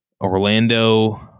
Orlando